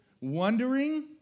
Wondering